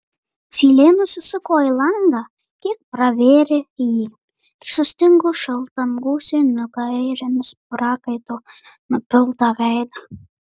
zylė nusisuko į langą kiek pravėrė jį ir sustingo šaltam gūsiui nugairinus prakaito nupiltą veidą